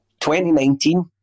2019